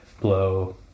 blow